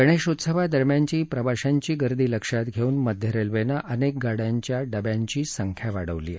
गणेशोत्सवादरम्यानची प्रवाशांची गर्दी लक्षात घेऊन मध्य रेल्वेनं अनेक गाडयांच्या डब्यांची संख्या वाढवली आहे